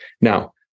now